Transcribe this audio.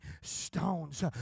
stones